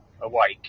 awake